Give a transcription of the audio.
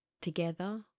together